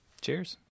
Cheers